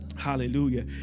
Hallelujah